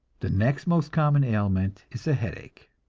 the next most common ailment is a headache,